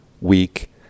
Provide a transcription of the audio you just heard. week